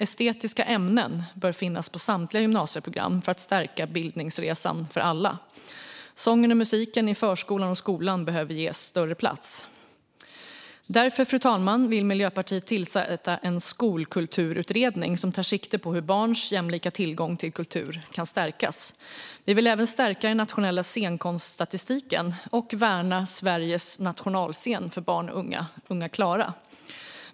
Estetiska ämnen bör finnas på samtliga gymnasieprogram för att stärka bildningsresan för alla. Sången och musiken i förskolan och skolan behöver ges större plats. Därför, fru talman, vill Miljöpartiet tillsätta en skolkulturutredning som tar sikte på hur barns jämlika tillgång till kultur kan stärkas. Vi vill även stärka den nationella scenkonststatistiken och värna Sveriges nationalscen för barn och unga, Unga Klara.